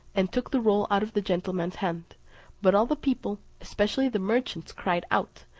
and took the roll out of the gentleman's hand but all the people, especially the merchants, cried out,